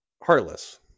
Heartless